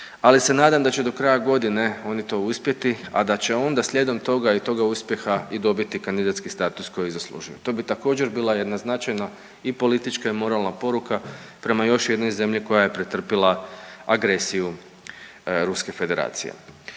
ali se nadam da će do kraja godine oni to uspjeti, a da će onda slijedom toga i toga uspjeha i dobiti kandidatski status koji zaslužuju. To bi također bila jedna značajna i politička i moralna poruka prema još jednoj zemlji koja je pretrpila agresiju Ruske Federacije.